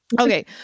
Okay